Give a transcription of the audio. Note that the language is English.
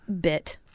Bit